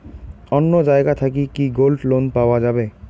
অন্য জায়গা থাকি কি গোল্ড লোন পাওয়া যাবে?